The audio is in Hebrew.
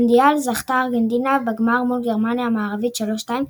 במונדיאל זכתה ארגנטינה בגמר מול גרמניה המערבית 2 - 3,